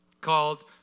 called